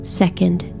second